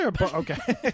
Okay